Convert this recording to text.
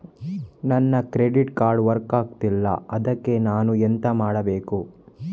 ನನ್ನ credit card work ಆಗ್ತಿಲ್ಲ ಅದ್ಕೆ ನಾನು ಎಂತ ಮಾಡಬೇಕು?